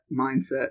mindset